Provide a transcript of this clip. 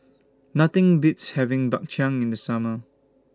Nothing Beats having Bak Chang in The Summer